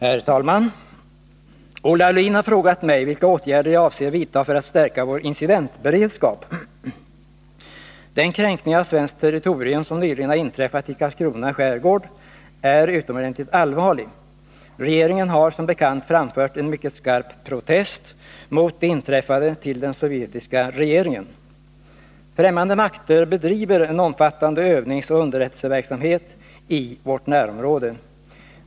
Herr talman! Olle Aulin har frågat mig vilka åtgärder jag avser vidta för att stärka vår incidentberedskap. Den kränkning av svenskt territorium som nyligen har inträffat i Karlskrona skärgård är utomordentligt allvarlig. Regeringen har som bekant framfört en mycket skarp protest mot det inträffade till den sovjetiska regeringen. Främmande makter bedriver en omfattande övningsoch underrättelseverksamhet i vårt närområde.